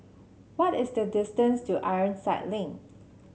what is the distance to Ironside Link